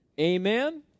Amen